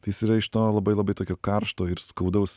tai jis yra iš to labai labai tokio karšto ir skaudaus